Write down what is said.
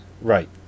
Right